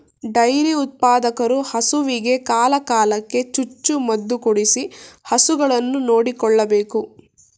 dairy ಉತ್ಪಾದಕರು ಹಸುವಿಗೆ ಕಾಲ ಕಾಲಕ್ಕೆ ಚುಚ್ಚು ಮದುಕೊಡಿಸಿ ಹಸುಗಳನ್ನು ನೋಡಿಕೊಳ್ಳಬೇಕು